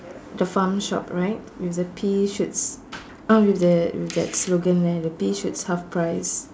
the farm shop right with the pea shoots uh with the with that slogan where the pea shoots half price